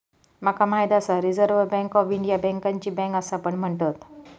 माका माहित आसा रिझर्व्ह बँक ऑफ इंडियाला बँकांची बँक असा पण म्हणतत